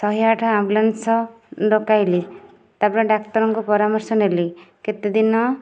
ଶହେଆଠ ambulance ଡକାଇଲି ତାପରେ ଡାକ୍ତରଙ୍କ ପରାମର୍ଶ ନେଲି କେତେଦିନ